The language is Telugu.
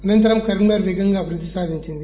అనంతరం కరీంనగర్ వేగంగా అభివృద్ది సాదించింది